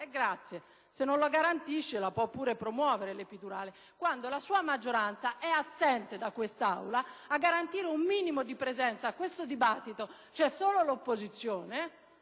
Grazie! Se non la garantisce la può pure promuovere! Tutto questo quando la sua maggioranza è assente dall'Aula e a garantire un minimo di presenza a questo dibattito c'è solo l'opposizione.